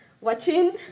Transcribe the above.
watching